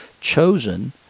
chosen